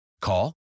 Call